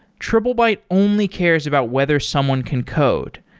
triplebyte only cares about whether someone can code.